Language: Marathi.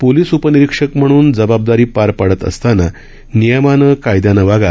पोलिस उपनिरिक्षक म्हणून जबाबदारी पार पाडत असताना नियमानं कायद्यांनं वागा